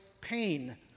pain